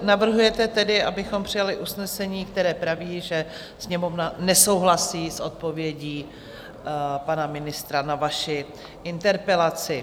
Navrhujete tedy, abychom přijali usnesení, které praví, že Sněmovna nesouhlasí s odpovědí pana ministra na vaši interpelaci.